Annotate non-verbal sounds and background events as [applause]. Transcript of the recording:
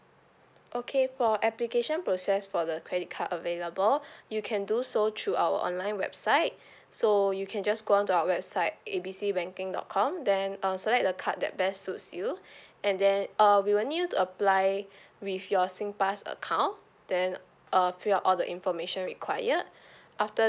okay for application process for the credit card available [breath] you can do so through our online website [breath] so you can just go on to our website A B C banking dot com then uh select the card that best suit you [breath] and then uh we will need you to apply [breath] with your singpass account then uh fill up all the information required [breath] after